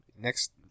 Next